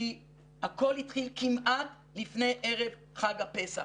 כי הכול התחיל כמעט לפני ערב חג הפסח,